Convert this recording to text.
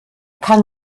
kann